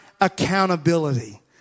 accountability